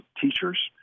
teachers